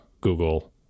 google